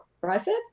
private